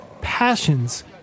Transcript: passions